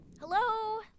Hello